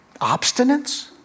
obstinance